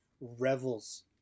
revels